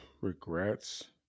Regrets